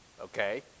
okay